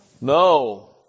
No